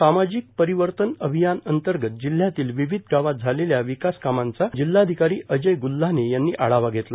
सामाजिक परिवर्तन अभियान अंतर्गत जिल्ह्यातील विविध महाराष्ट्र ग्राम गावात झालेल्या विकासकामांचा जिल्हाधिकारी अजय ग्ल्हाने यांनी आढावा घेतला